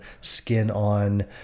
skin-on